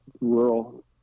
rural